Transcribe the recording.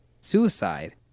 suicide